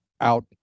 out